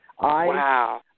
Wow